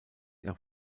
nach